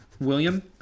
William